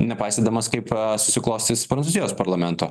nepaisydamas kaip susiklostys prancūzijos parlamento